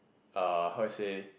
uh how to say